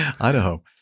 Idaho